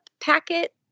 packet